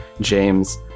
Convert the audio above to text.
James